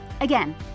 Again